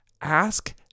ask